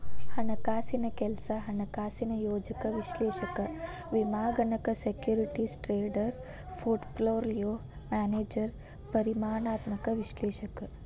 ಹಣಕಾಸಿನ್ ಕೆಲ್ಸ ಹಣಕಾಸಿನ ಯೋಜಕ ವಿಶ್ಲೇಷಕ ವಿಮಾಗಣಕ ಸೆಕ್ಯೂರಿಟೇಸ್ ಟ್ರೇಡರ್ ಪೋರ್ಟ್ಪೋಲಿಯೋ ಮ್ಯಾನೇಜರ್ ಪರಿಮಾಣಾತ್ಮಕ ವಿಶ್ಲೇಷಕ